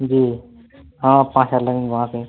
जी हाँ पाँच हजार लगेंगे वहाँ के